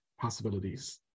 possibilities